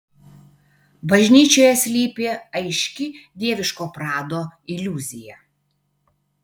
bažnyčioje slypi aiški dieviško prado iliuzija